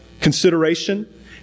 consideration